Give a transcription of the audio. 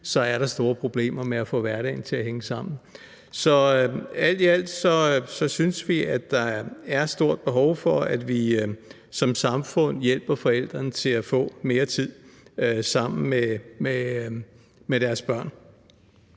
er der store problemer med at få hverdagen til at hænge sammen. Så alt i alt synes vi, at der er stort behov for, at vi som samfund hjælper forældrene til at få mere tid sammen med deres børn.